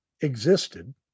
existed